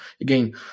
Again